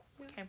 Okay